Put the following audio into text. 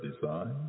design